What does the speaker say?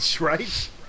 Right